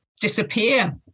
disappear